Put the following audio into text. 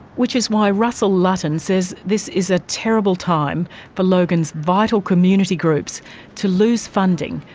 which is why russell lutton says this is a terrible time for logan's vital community groups to lose funding,